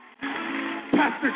Pastor